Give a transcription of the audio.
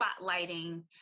spotlighting